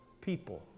people